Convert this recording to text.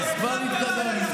אז כבר התקדמנו.